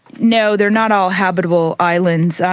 no, they're not all habitable islands.